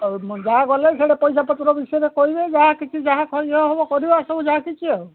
ଆଉ ଯାହା ଗଲେ ସେଠି ପଇସା ପତ୍ର ବିଷୟରେ କହିବେ ଯାହା କିଛି ଯାହା ଇଏ ହେବ କରିବା ସବୁ ଯାହା କିଛି ଆଉ